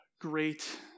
great